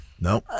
No